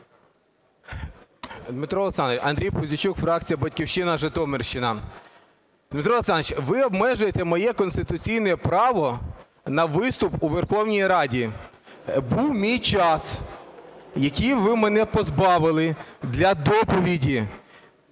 Дмитро Олександровичу! Андрій Пузійчук, фракція "Батьківщина", Житомирщина. Дмитро Олександровичу, ви обмежуєте моє конституційне право на виступ у Верховній Раді. Був мій час, якого ви мене позбавили, для доповіді.